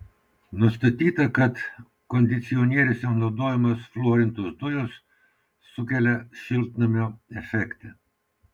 nustatyta kad kondicionieriuose naudojamos fluorintos dujos sukelia šiltnamio efektą